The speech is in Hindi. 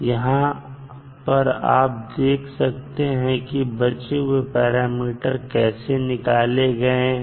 यहां पर आप देख सकते हैं कि बचे हुए पैरामीटर कैसे निकाले गए हैं